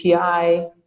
API